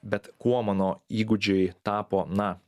bet kuo mano įgūdžiai tapo na